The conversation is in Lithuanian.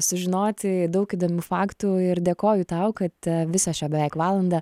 sužinoti daug įdomių faktų ir dėkoju tau kad visą šią beveik valandą